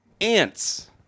Ants